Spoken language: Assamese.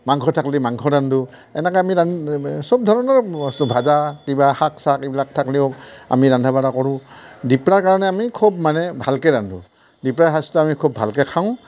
মাংস থাকলে মাংস ৰান্ধোঁ এনেকৈ আমি চব ধৰণৰ বস্তু ভাজা কিবা শাক চাক এইবিলাক থাকলেও আমি ৰান্ধা বাঢ়া কৰোঁ দিপৰা কাৰণে আমি খুব মানে ভালকৈ ৰান্ধোঁ দিপৰা সাজটো আমি খুব ভালকৈ খাওঁ